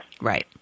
Right